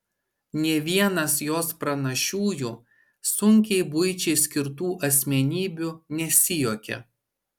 nė vienas jos pranašiųjų sunkiai buičiai skirtų asmenybių nesijuokia